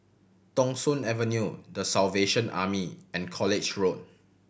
Thong Soon Avenue The Salvation Army and College Road